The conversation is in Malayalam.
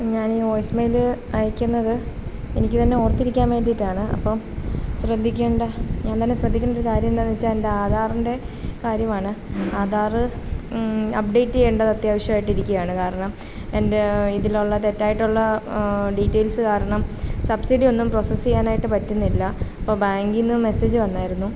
ഞാൻ ഈ വോയ്സ്മെയിൽ അയയ്ക്കുന്നത് എനിക്ക് തന്നെ ഓർത്തിരിക്കാൻ വേണ്ടിയിട്ടാണ് അപ്പം ശ്രദ്ധിക്കേണ്ട ഞാൻ തന്നെ ശ്രദ്ധിക്കേണ്ട ഒരു കാര്യം എന്താണെന്ന് വെച്ചാൽ എൻ്റെ ആധാറിൻ്റെ കാര്യമാണ് ആധാർ അപ്ഡേറ്റ് ചെയ്യേണ്ടത് അത്യാവശ്യമായിട്ട് ഇരിക്കുവാണ് കാരണം എൻറെ ഇതിലുള്ള തെറ്റായിട്ടുള്ള ഡീറ്റെയിൽസ് കാരണം സബ്സിഡി ഒന്നും പ്രൊസസ്സ് ചെയ്യാനായിട്ട് പറ്റുന്നില്ല ഇപ്പോൾ ബാങ്കിൽ നിന്ന് മെസ്സേജ് വന്നിരുന്നു